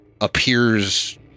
appears